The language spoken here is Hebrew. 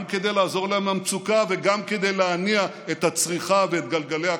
גם כדי לעזור להם עם המצוקה וגם כדי להניע את הצריכה ואת גלגלי הכלכלה,